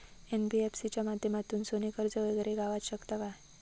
NBFC च्या माध्यमातून सोने कर्ज वगैरे गावात शकता काय?